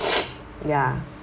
ya